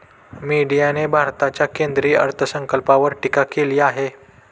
मीडियाने भारताच्या केंद्रीय अर्थसंकल्पावर टीका केली आहे